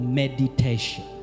meditation